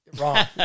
wrong